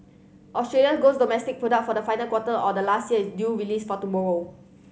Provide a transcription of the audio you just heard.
Australia gross domestic product for the final quarter of last year is due release for tomorrow